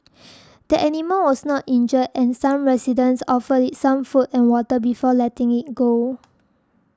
the animal was not injured and some residents offered it some food and water before letting it go